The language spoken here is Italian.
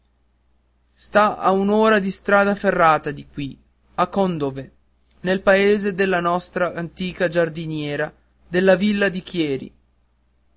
sta a un'ora di strada ferrata di qui a condove nel paese della nostra antica giardiniera della villa di chieri